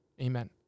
Amen